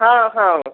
ହଁ ହଁ